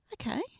okay